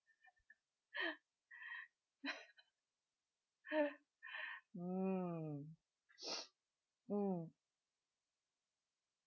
mm mm